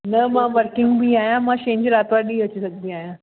न मां वर्किंग बि आहियां मां छंछरु आरतवारु ॾींहुं अची सघंदी आहियां